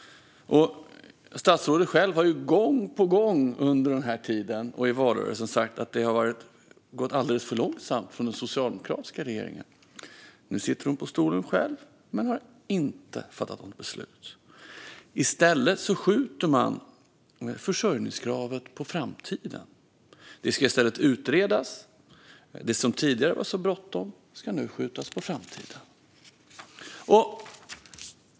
Statsrådet själv har gång på gång under den här tiden och i valrörelsen sagt att det gått alldeles för långsamt från den socialdemokratiska regeringen. Nu sitter hon på stolen själv, men har inte fattat något beslut. I stället skjuts försörjningskravet på framtiden. Det ska i stället utredas. Det som tidigare var så bråttom ska nu skjutas på framtiden.